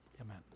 Amen